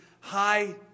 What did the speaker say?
high